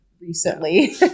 recently